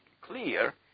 clear